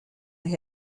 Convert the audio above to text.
they